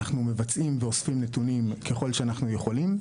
אנחנו מבצעים ואוספים נתונים ככל שאנחנו יכולים,